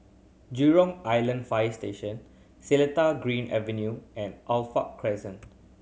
Jurong Island Fire Station Seletar Green Avenue and Alkaff Crescent